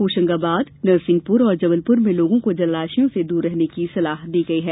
होशंगाबाद नरसिंहपुर और जबलपुर में लोगों को जलाशयों से दूर रहने की सलाह दी गई है